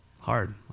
Hard